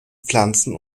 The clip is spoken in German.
pflanzen